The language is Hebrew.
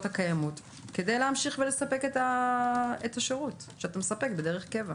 הקיימות כדי להמשיך ולספק את השירות שאתה מספק בדרך קבע.